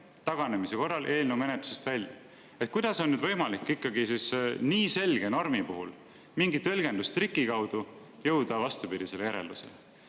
taganemise korral eelnõu menetlusest välja. Kuidas on võimalik ikkagi nii selge normi puhul mingi tõlgendustriki kaudu jõuda vastupidisele järeldusele? Me